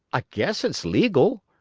i guess it's legal.